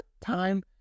time